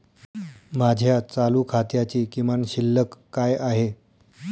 माझ्या चालू खात्याची किमान शिल्लक काय आहे?